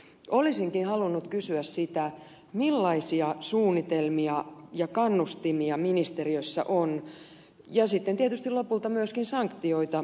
olisinkin halunnut kysyä millaisia suunnitelmia ja kannustimia ministeriössä on ja sitten tietysti lopulta myöskin sanktioita